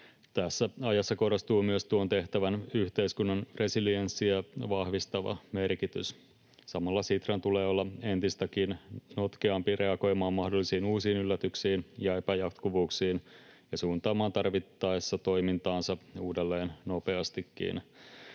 Tässä ajassa korostuu myös tuon tehtävän yhteiskunnan resilienssiä vahvistava merkitys. Samalla Sitran tulee olla entistäkin notkeampi reagoimaan mahdollisiin uusiin yllätyksiin ja epäjatkuvuuksiin ja suuntaamaan tarvittaessa toimintaansa uudelleen nopeastikin.